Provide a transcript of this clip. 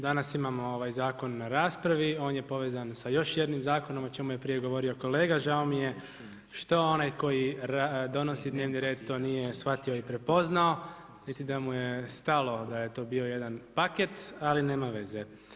Danas imamo ovaj zakon u raspravi, on je povezan sa još jednim zakonom o čemu je prije govorio kolega, žao mi je što onaj koji donosi dnevni red to nije shvatio i prepoznao niti da mu je stalo da je to bio jedan paket ali nema veze.